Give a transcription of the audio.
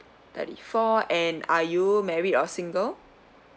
thirty four and are you married or single